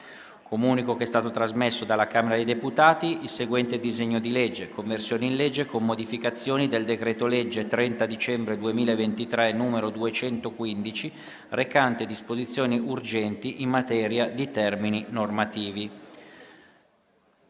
Comunico che è stato trasmesso dalla Camera dei deputati il seguente disegno di legge: «Conversione in legge, con modificazioni, del decreto-legge 30 dicembre 2023, n. 215, recante disposizioni urgenti in materia di termini normativi»